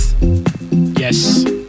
Yes